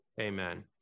Amen